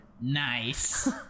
Nice